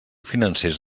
financers